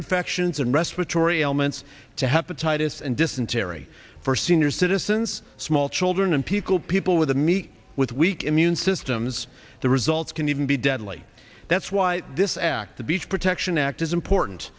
infections and respiratory ailments to hepatitis and dysentery for senior citizens small children and people people with the meat with weak immune systems the results can even be deadly that's why this act the beach protection act is important